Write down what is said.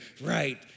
right